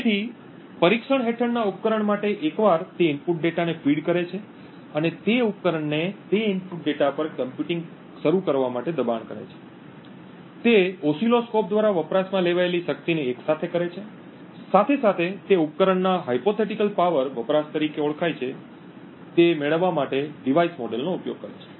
તેથી પરીક્ષણ હેઠળના ઉપકરણ માટે એકવાર તે ઇનપુટ ડેટાને ફીડ કરે છે અને તે ઉપકરણને તે ઇનપુટ ડેટા પર કમ્પ્યુટિંગ શરૂ કરવા માટે દબાણ કરે છે તે ઓસિલોસ્કોપ દ્વારા વપરાશમાં લેવાયેલી શક્તિને એક સાથે કરે છે સાથે સાથે તે ઉપકરણના હાયપોથેટિકલ પાવર વપરાશ તરીકે ઓળખાય છે તે મેળવવા માટે ડિવાઇસ મોડેલનો ઉપયોગ કરે છે